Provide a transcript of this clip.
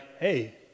hey